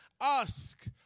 ask